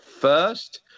first